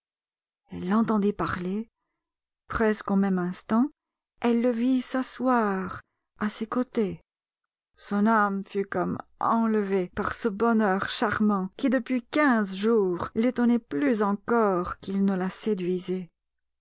elle l'entendit parler presque au même instant elle le vit s'asseoir à ses côtés son âme fut comme enlevée par ce bonheur charmant qui depuis quinze jours l'étonnait plus encore qu'il ne la séduisait